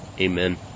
Amen